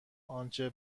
آنچه